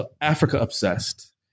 Africa-obsessed